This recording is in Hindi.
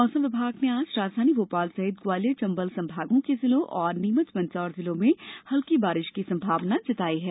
मौसम विभाग ने आज राजधानी भोपाल सहित ग्वालियर चंबल संभागों के जिलों और नीमच मंदसौर जिलों में हल्कि बारिश की संभावना जताई है